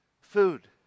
food